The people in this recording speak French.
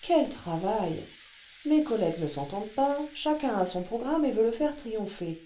queltravail mes collègues ne s'entendent pas chacun a son programme et veut le faire triompher